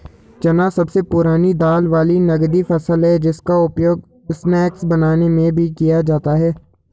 चना सबसे पुरानी दाल वाली नगदी फसल है जिसका उपयोग स्नैक्स बनाने में भी किया जाता है